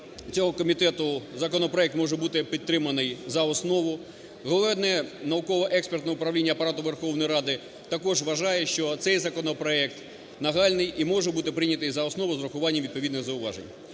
цього комітету, законопроект може бути підтриманий за основу. Головне науково-експертне управління Апарату Верховної Ради також вважає, що цей законопроект нагальний і може бути прийнятий за основу з урахуванням відповідних зауважень.